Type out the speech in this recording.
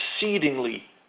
exceedingly